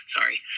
sorry